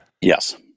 yes